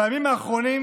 בימים האחרונים